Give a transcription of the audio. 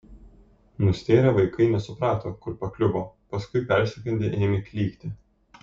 nustėrę vaikai nesuprato kur pakliuvo paskui persigandę ėmė klykti